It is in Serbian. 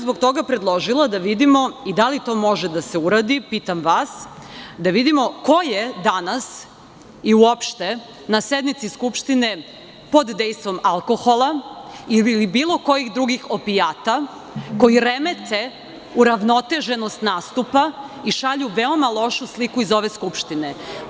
Zbog toga bih predložila da vidimo i da li to može da se uradi, pitam vas, da vidimo ko je danas i uopšte na sednici Skupštine pod dejstvom alkohola ili bilo kojih drugih opijata koji remete uravnoteženost nastupa i šalju veoma lošu sliku iz ove Skupštine.